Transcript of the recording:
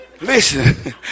Listen